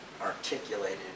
articulated